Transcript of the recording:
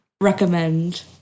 recommend